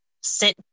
sit